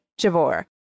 Javor